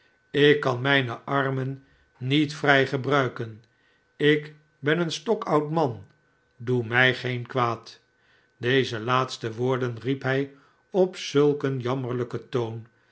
ik kan mijne armen niet vrij gebruiken ik ben een stokoud man doe mij geen kwaad deze laatste woorden riep hij op zulk een jammerlijken toon